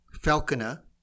Falconer